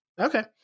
Okay